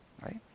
right